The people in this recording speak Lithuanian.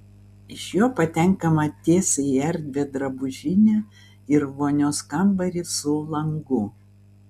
iš jo patenkama tiesiai į erdvią drabužinę ir vonios kambarį su langu